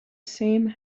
same